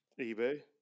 eBay